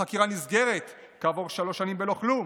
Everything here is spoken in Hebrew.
החקירה נסגרת כעבור שלוש שנים בלא כלום,